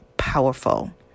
powerful